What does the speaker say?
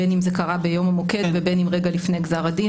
בין אם זה קרה ביום המוקד ובין אם רגע לפני גזר הדין,